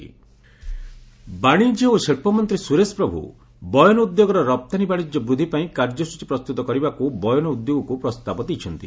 commerce textile ବାଣିଜ୍ୟ ଓ ଶିଳ୍ପ ମନ୍ତ୍ରୀ ସୁରେଶ ପ୍ରଭୁ ବୟନ ଉଦ୍ୟୋଗର ରପ୍ତାନୀ ବାଣିଜ୍ୟ ବୃଦ୍ଧିପାଇଁ କାର୍ଯ୍ୟସ୍ଟଚୀ ପ୍ରସ୍ତୁତ କରିବାକୁ ବୟନ ଉଦ୍ୟୋଗକୁ ପ୍ରସ୍ତାବ ଦେଇଛନ୍ତି